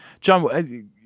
John